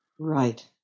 Right